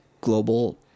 global